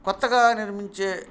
కొత్తగా నిర్మించే